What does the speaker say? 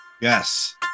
Yes